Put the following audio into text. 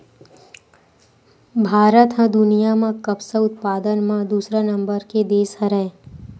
भारत ह दुनिया म कपसा उत्पादन म दूसरा नंबर के देस हरय